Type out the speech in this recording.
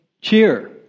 cheer